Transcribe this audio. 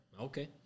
Okay